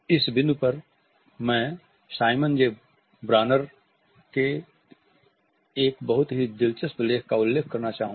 इस बिंदु पर मैं साइमन जे ब्रॉर्नर के एक बहुत ही दिलचस्प लेख का उल्लेख करना चाहूँगा